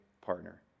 partner